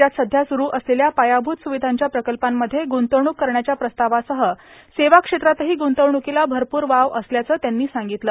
राज्यात सध्या सुरू असलेल्या पायाभूत सुर्गवधांच्या प्रकल्पांमध्ये ग्रंतवणूक करण्याच्या प्रस्तावासह सेवा क्षेत्रातहां ग्रंतवण्कोंला भरपूर वाव असल्याचं त्यांनी सांगगतलं